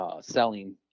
selling